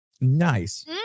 nice